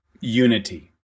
unity